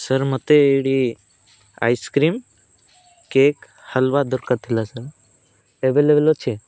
sir ମୋତେ ଏଇ ice cream cake ହାଲୁଆ ଦରକାର ଥିଲା ସାର୍ ଆଭେଲେବଲ୍ ଅଛି